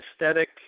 aesthetic